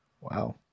wow